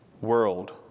world